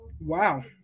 wow